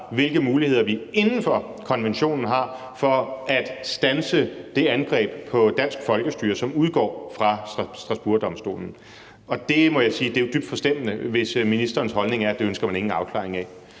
hvilke muligheder vi inden for konventionen har for at standse det angreb på dansk folkestyre, som udgår fra Strasbourgdomstolen. Jeg må jo sige, at det er dybt forstemmende, hvis ministerens holdning er, at det ønsker man ikke en afklaring af.